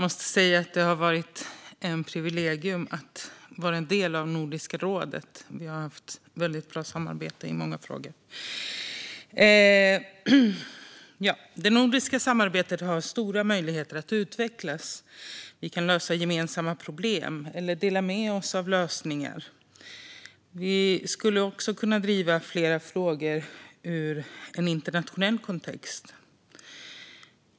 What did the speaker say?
Herr talman! Det har varit ett privilegium att vara en del av Nordiska rådet. Vi har haft ett väldigt bra samarbete i många frågor. Det nordiska samarbetet har stora möjligheter att utvecklas. Vi kan lösa gemensamma problem eller dela med oss av lösningar. Vi skulle också kunna driva flera frågor i en internationell kontext.